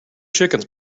chickens